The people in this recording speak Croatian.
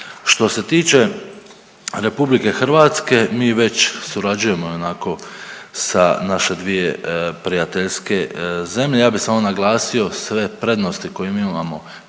Što se tiče RH mi već surađujemo onako sa naše dvije prijateljske zemlje. Ja bi samo naglasio sve prednosti koje mi imamo